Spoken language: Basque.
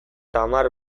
tamar